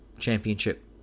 Championship